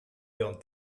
don’t